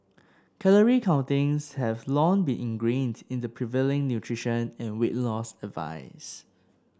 calorie counting has long been ingrained in the prevailing nutrition and weight loss advice